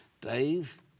Dave